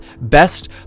best